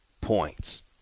points